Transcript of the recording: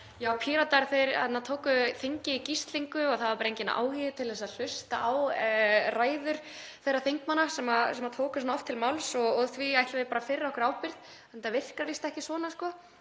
Já, Píratar tóku þingið í gíslingu og það var bara enginn áhugi á að hlusta á ræður þeirra þingmanna sem tóku svona oft til máls og því ætlum við bara að firra okkur ábyrgð. Þetta virkar víst ekki svona.